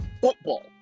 football